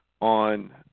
on